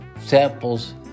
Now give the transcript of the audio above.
samples